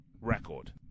record